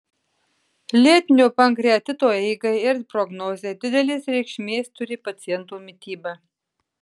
lėtinio pankreatito eigai ir prognozei didelės reikšmės turi paciento mityba